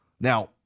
Now